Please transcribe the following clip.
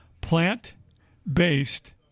plant-based